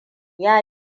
ya